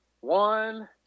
one